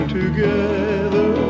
together